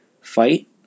fight